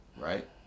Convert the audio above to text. right